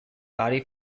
body